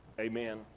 Amen